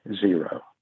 zero